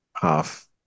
half